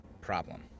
problem